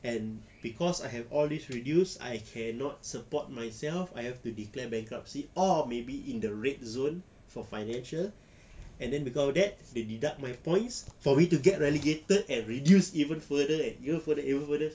and cause I have all these reduced I cannot support myself I have to declare bankruptcy or maybe in the red zone for financial and then cause of that they deduct my points for me to get relegated and reduced even further and even further even further